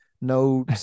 no